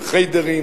עם "חיידרים",